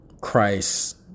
Christ